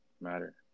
matter